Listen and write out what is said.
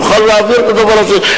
נוכל להעביר את הדבר הזה,